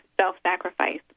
self-sacrifice